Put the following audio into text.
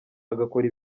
agakora